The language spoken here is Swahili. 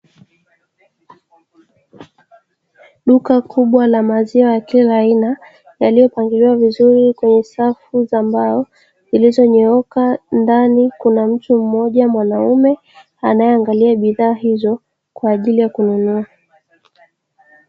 Duka kubwa la maziwa ya kila aina yaliyopangiliwa vizuri kwenye safu za mbao zilizonyooka, ndani kuna mtu mmoja mwanaume anaeangalia bidhaa hizo kwa ajili ya kununua.